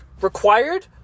required